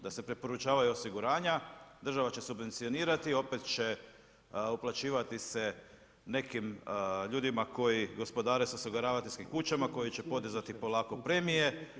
Da se preporučavaju osiguranja, država će subvencionirati i opet će uplaćivati se nekim ljudima koji gospodare sa osiguravateljskim kućama koji će podizati polako premije.